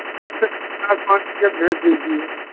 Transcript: कम से कम चार पाँच टिकट भेज दीजिए